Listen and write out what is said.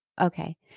okay